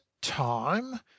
time